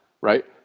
right